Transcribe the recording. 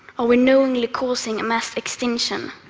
are we knowingly causing a mass extinction?